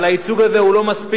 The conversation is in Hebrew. אבל הייצוג הזה לא מספיק,